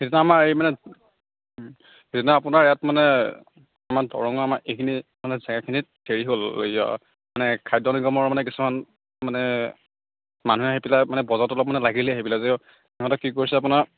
সেইদিনা আপোনাৰ ইয়াত মানে সেইদিনা আপোনাৰ ইয়াত মানে আমাৰ দৰঙৰ আমাৰ এইখিনি মানে জেগাখিনিত হেৰি হ'ল এইয়া মানে খাদ্য নিগমৰ মানে কিছুমান মানে মানুহে আহি পেলাই মানে বজাৰত অলপ মানে লাগিলে আহি পেলাই যে সিহঁতে কি কৰিছে আপোনাৰ